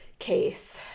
case